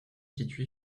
situé